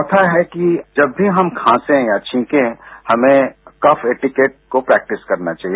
चौथा है कि जब भी हम खांसे या छींकें हमें कफ ऐटिकेट्स को प्रैक्टिस करना चाहिए